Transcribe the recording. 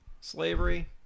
Slavery